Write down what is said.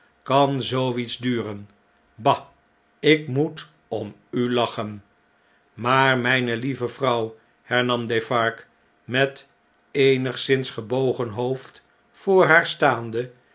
kan zoo iets duren bah ik moet om u lachen maar roijne lieve vrouw hernam defarge met eenigszins gebogen hoofd voor haar staande